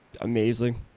amazing